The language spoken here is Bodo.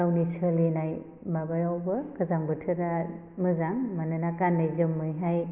गावनि सोलिनाय माबायावबो गोजां बोथोरा मोजां मानोना गानै जोमैहाय